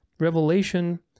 Revelation